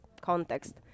context